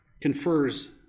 confers